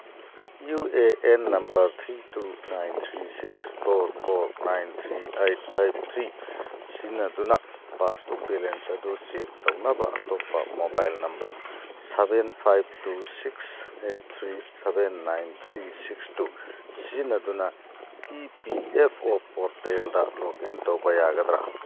U A N number three two nine three six four four nine three eight five three ꯁꯤꯖꯤꯟꯅꯗꯨꯅ passbook balance ꯑꯗꯨ check ꯇꯧꯅꯕ ꯑꯇꯣꯞꯄ mobile number seven five two six eight three seven nine three six two ꯁꯤꯖꯤꯟꯅꯗꯨꯅ E P F O ꯄꯣꯔꯇꯦꯜꯗ login ꯇꯧꯕ ꯌꯥꯒꯗ꯭ꯔꯥ